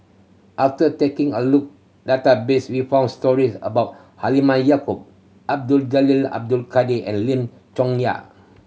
after taking a look database we found stories about Halimah Yacob Abdul Jalil Abdul Kadir and Lim Chong Yah